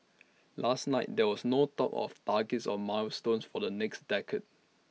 last night there was no talk of targets or milestones for the next decade